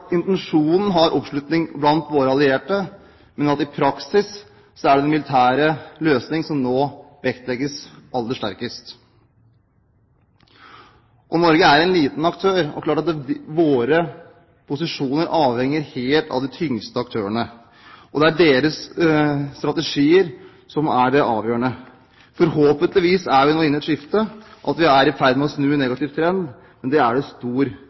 intensjonen har oppslutning blant våre allierte, men at det i praksis er den militære løsningen som nå vektlegges aller sterkest. Norge er en liten aktør. Det er klart at våre posisjoner avhenger helt av de tyngste aktørene. Det er deres strategier som er avgjørende. Forhåpentligvis er vi nå inne i et skifte slik at vi er i ferd med å snu en negativ trend, men det er det stor,